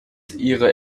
ihre